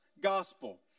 gospel